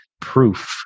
Proof